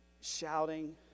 shouting